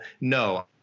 no